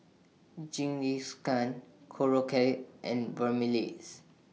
Jingisukan Korokke and